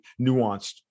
nuanced